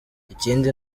ikindi